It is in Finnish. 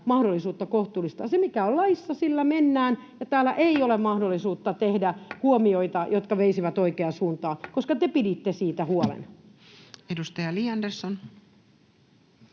mahdollisuutta kohtuullistaa. Se, mikä on laissa, sillä mennään, ja täällä ei ole mahdollisuutta tehdä huomioita, jotka veisivät oikeaan suuntaan, koska te piditte siitä huolen. [Speech 72] Speaker: